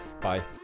Bye